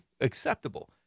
acceptable